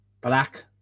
black